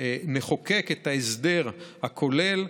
נחוקק את ההסדר הכולל,